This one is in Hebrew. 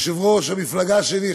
יושב-ראש המפלגה שלי,